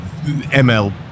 ML